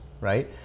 right